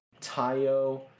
Tayo